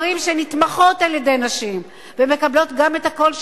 נתמכות על-ידי נשים ומקבלות גם את הקול שלהן,